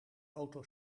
auto